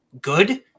good